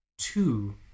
two